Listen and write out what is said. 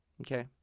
Okay